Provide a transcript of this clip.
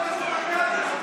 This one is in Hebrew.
לרשותך.